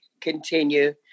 continue